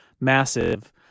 massive